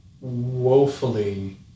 woefully